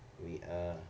对 uh